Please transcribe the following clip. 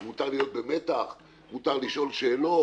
אז מותר להיות במתח, מותר לשאול שאלות.